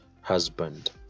husband